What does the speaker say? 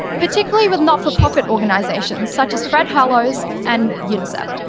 particularly with not-for-profit organisations such as fred hollows and unicef.